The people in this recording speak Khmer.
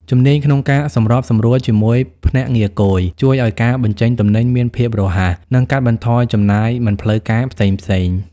ជំនាញក្នុងការសម្របសម្រួលជាមួយភ្នាក់ងារគយ ជួយឱ្យការបញ្ចេញទំនិញមានភាពរហ័ស និងកាត់បន្ថយចំណាយមិនផ្លូវការផ្សេងៗ។